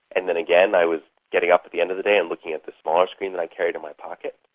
and then again, i was getting up at the end of the day and looking at the smaller screen that i carry in my pocket,